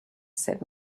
said